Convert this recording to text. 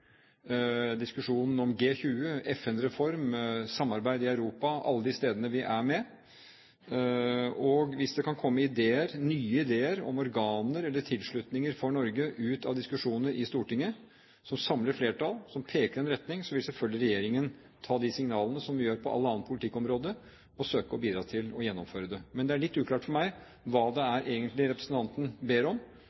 diskusjonen om G20, FN-reform, samarbeid i Europa – alle de stedene vi er med. Hvis det kan komme ideer, nye ideer, om organer eller tilslutninger for Norge ut av diskusjoner i Stortinget, som samler flertall, som peker i en retning, vil selvfølgelig regjeringen ta de signalene, som vi gjør på alle andre politikkområder, og søke å bidra til å gjennomføre det. Men det er litt uklart for meg hva det